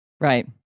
Right